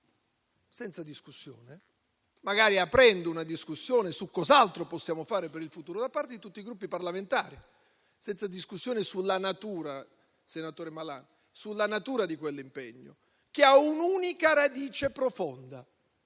senza discussione, magari aprendo una discussione su cos'altro possiamo fare per il futuro, da parte di tutti i Gruppi parlamentari. Intendo senza discussione sulla natura di quell'impegno, senatore Malan, che ha un'unica radice profonda: